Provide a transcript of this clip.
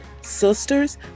Sisters